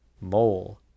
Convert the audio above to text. mole